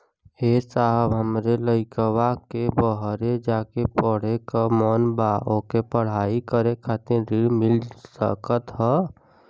ए साहब हमरे लईकवा के बहरे जाके पढ़े क मन बा ओके पढ़ाई करे खातिर ऋण मिल जा सकत ह?